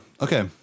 Okay